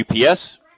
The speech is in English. UPS